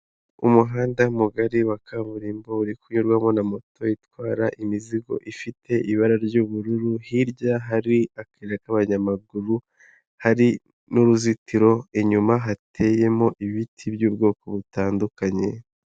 Umuhanda mugari wa kaburimbo uri kunyurwamo na moto itwara imizigo ifite ibara ry'ubururu, hirya hari akayira k'abanyamaguru, hari n'uruzitiro, inyuma hateyemo ibiti by'ubwoko butandukanye.